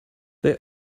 their